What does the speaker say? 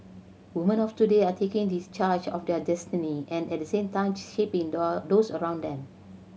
women of today are taking discharge of their destiny and at the same shaping those around them